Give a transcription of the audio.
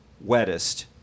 wettest